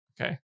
Okay